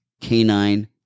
canine